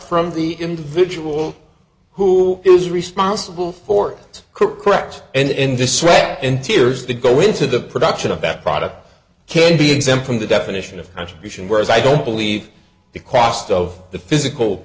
from the individual who is responsible for it's correct and in this rack in tears they go into the production of that product can be exempt from the definition of contribution whereas i don't believe the cost of the physical